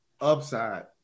upside